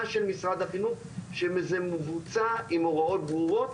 של משרד החינוך שזה מבוצע עם הוראות ברורות